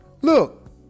Look